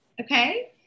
Okay